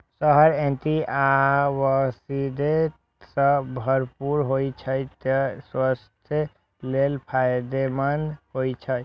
शहद antioxidant सं भरपूर होइ छै, तें स्वास्थ्य लेल फायदेमंद होइ छै